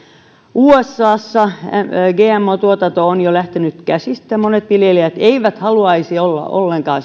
usassa gmo tuotanto on jo lähtenyt käsistä monet viljelijät eivät haluaisi olla ollenkaan